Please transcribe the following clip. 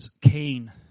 Cain